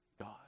God